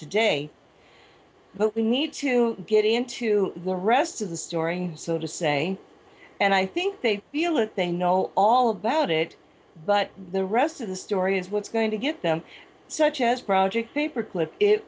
today but we need to get into the rest of the story so to say and i think they feel that they know all about it but the rest of the story is what's going to get them such as project paperclip